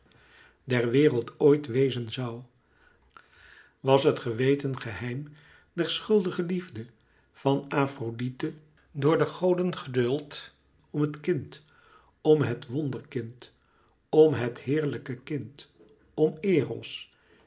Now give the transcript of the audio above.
der wereld ooit wezen zoû was het geweten geheim der schuldige liefde van afrodite door de goden geduld om het kind om het wonderkind om het heerlijke kind om eros